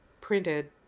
printed